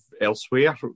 elsewhere